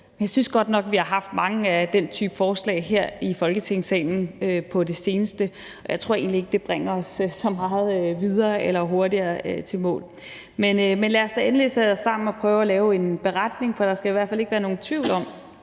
jeg synes godt nok, at vi har haft mange af den type forslag her i Folketingssalen på det seneste, og jeg tror egentlig ikke, at det bringer os så meget videre eller hurtigere i mål. Men lad os da endelig sætte os sammen og prøve at lave en beretning, for der skal i hvert fald ikke være nogen tvivl om,